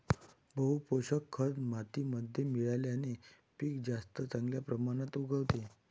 बहू पोषक खत मातीमध्ये मिळवल्याने पीक जास्त चांगल्या प्रमाणात उगवते